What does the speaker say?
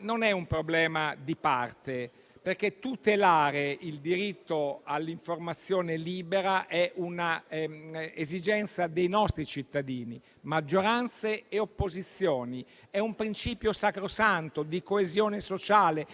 Non è un problema di parte, perché tutelare il diritto all'informazione libera è un'esigenza dei nostri cittadini, maggioranze e opposizioni; è un principio sacrosanto di coesione sociale